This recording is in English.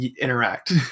interact